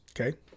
Okay